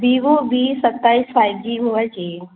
बिवों B सताईस five G mobile चाहिए